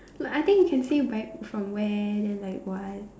like I think you can say buy it from where then like what